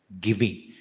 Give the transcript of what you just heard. giving